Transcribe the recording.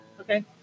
Okay